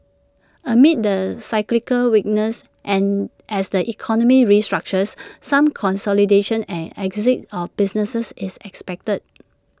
amid the cyclical weakness and as the economy restructures some consolidation and exit of businesses is expected